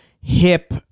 hip